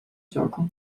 gioco